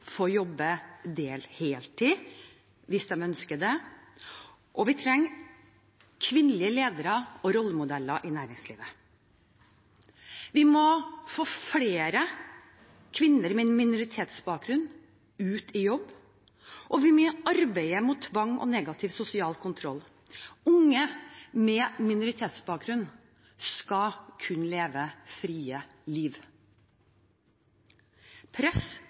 få jobbe heltid, hvis de ønsker det. Vi trenger kvinnelige ledere og rollemodeller i næringslivet. Vi må få flere kvinner med minoritetsbakgrunn ut i jobb. Vi må arbeide mot tvang og negativ sosial kontroll. Unge med minoritetsbakgrunn skal kunne leve et fritt liv. Press